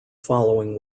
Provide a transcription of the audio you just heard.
following